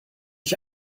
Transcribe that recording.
ich